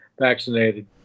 vaccinated